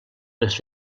les